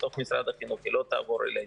בתוך משרד החינוך ולא יעברו אלינו.